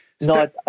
No